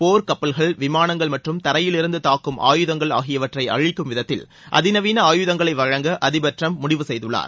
போர்க்கப்பல்கள் விமானங்கள் மற்றும் தரையிலிருந்து தாக்கும் ஆயுதங்கள் ஆகியவற்றை அழிக்கும் விதத்தில் அதிநவீன ஆயுதங்களை வழங்க அதிபர் டிரம்ப் முடிவு செய்துள்ளார்